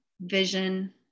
vision